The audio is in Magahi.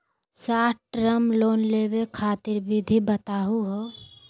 शार्ट टर्म लोन लेवे खातीर विधि बताहु हो?